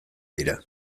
dira